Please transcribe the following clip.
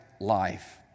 life